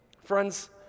Friends